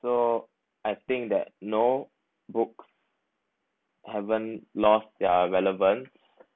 so I think that no book haven't lost their relevant